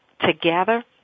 together